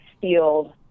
field